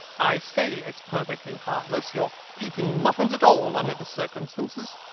i say it's perfectly heartless your eating muffins at all, under the circumstances.